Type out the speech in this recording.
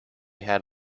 had